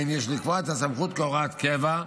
אם יש לקבוע את הסמכות כהוראת קבע.